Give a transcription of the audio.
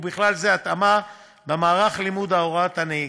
ובכלל זה התאמה למערך לימוד הוראת הנהיגה.